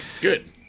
Good